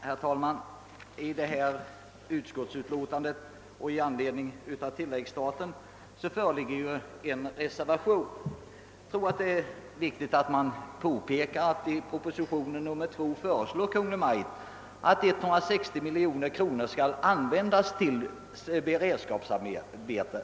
Herr talman! I anledning av detta utskottsutlåtande beträffande tilläggsstat II föreligger en reservation. Jag tror det är viktigt att påpeka, att Kungl. Maj:t i proposition nr 2 föreslår att sammanlagt 160 miljoner kronor skall användas till allmänna och särskilda beredskapsarbeten.